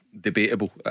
debatable